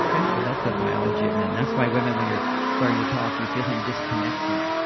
okay. so that's the biology of men. that's why women, when you're starting to talk, you feel him disconnecting,